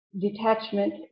detachment